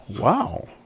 wow